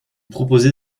proposez